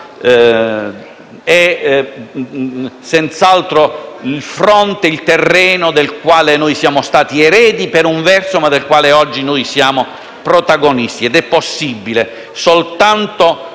è senz'altro il terreno del quale siamo stati eredi per un verso, ma del quale oggi siamo protagonisti. È possibile soltanto